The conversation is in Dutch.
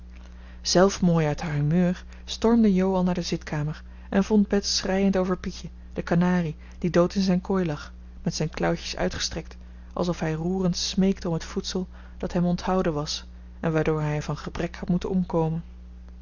zelf mooi uit haar humeur stormde jo al naar de zitkamer en vond bets schreiend over pietje de kanarie die dood in zijn kooi lag met zijn klauwtjes uitgestrekt alsof hij roerend smeekte om het voedsel dat hem onthouden was en waardoor hij van gebrek had moeten omkomen